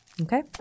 Okay